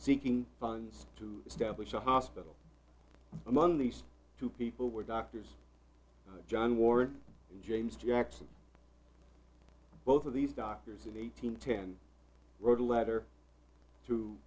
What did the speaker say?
seeking funds to establish a hospital among these two people were doctors john ward and james jackson both of these doctors and eighteen ten wrote a letter t